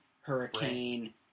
Hurricane